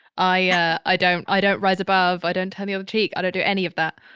i yeah i don't. i don't rise above. i don't turn the other cheek. i don't do any of that.